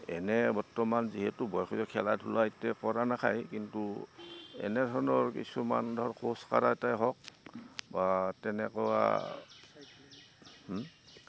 এনে বৰ্তমান যিহেতু বয়স খেলা ধূলা এতে কৰা নাখায় কিন্তু এনেধৰণৰ কিছুমান ধৰক খোজ কাঢ়াতে হওক বা তেনেকুৱা